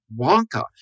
Wonka